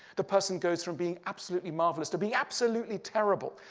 the person goes from being absolutely marvelous to being absolutely terrible.